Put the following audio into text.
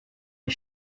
les